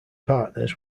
partners